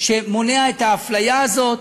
שמונע את האפליה הזאת,